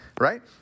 right